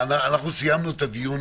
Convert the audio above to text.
סיימנו את הדיון,